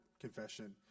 confession